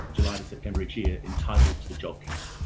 july to september each year, entitled to the jobkeeper?